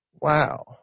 Wow